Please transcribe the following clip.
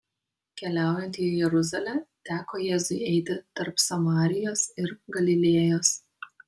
keliaujant į jeruzalę teko jėzui eiti tarp samarijos ir galilėjos